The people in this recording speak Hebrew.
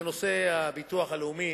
זה נושא הביטוח הלאומי,